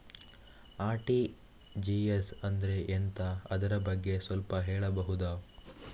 RTGS ಅಂದ್ರೆ ಎಂತ ಅದರ ಬಗ್ಗೆ ಸ್ವಲ್ಪ ಹೇಳಬಹುದ?